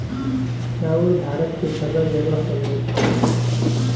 चाउर भारत के सबै जगह क लोग खाला